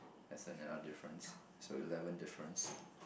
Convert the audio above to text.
that's another difference so eleven difference